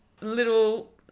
little